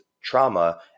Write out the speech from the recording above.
trauma